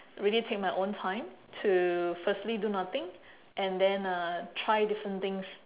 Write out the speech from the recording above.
really take my own time to firstly do nothing and then uh try different things